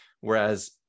Whereas